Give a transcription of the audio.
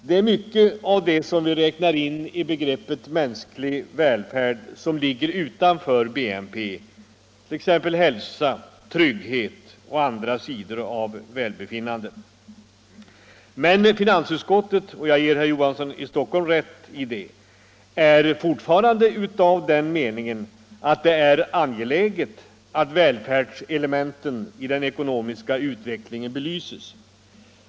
Det är många av de ting som vi räknar in i begreppet mänsklig välfärd som ligger utanför BNP: hälsa, trygghet och andra sidor av välbefinnandet. Finansutskottet — jag ger herr Johansson i Stockholm rätt i det — är även nu av den meningen att det är angeläget att välfärdselementen i den ekonomiska utvecklingen belyses.